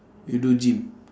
you do gym